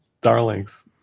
darlings